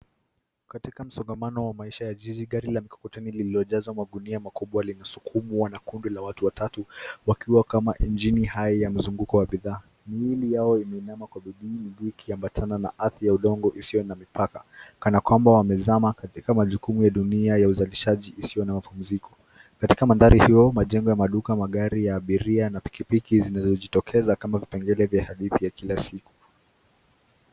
Katika msongamano wa maisha ya jiji, gari la mikokoteni lililojaa magunia makubwa linasukumwa na kundi la watu watatu wakiwa kama engine hai ya mzunguko wa bidhaa. Miili yao imeinama kwa bidii, miguu ikiambatana na ardhi ya udongo isiyo na mipaka, kana kwamba wamezama katika majukumu ya dunia ya uzalishaji isiyo na mapumziko. Katika mandhari hiyo, majengo ya maduka, magari ya abiria na pikipiki zinazojitokeza kama vipengele vya hadithi ya kila siku.